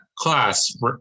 class